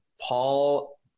Paul